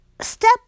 step